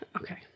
Okay